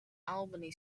albany